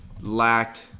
lacked